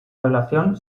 relación